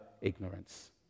ignorance